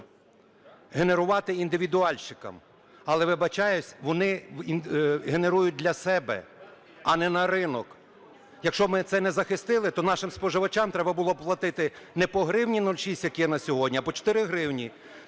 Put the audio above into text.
генерувати індивідуальщикам. Але, вибачаюсь, вони генерують для себе, а не на ринок. Якщо б ми це не захистили, то нашим споживачам треба було платити не по 1 гривні 06, як є на сьогодні, а по 4 гривні.